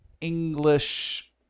English